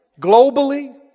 Globally